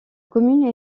commune